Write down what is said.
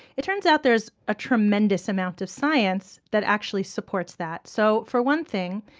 it turns out there's a tremendous amount of science that actually supports that so for one thing,